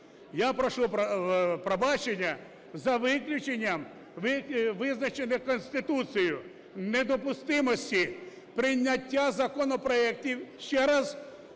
Я прошу пробачення… За виключенням, визначених Конституцією, недопустимості прийняття законопроектів... Ще раз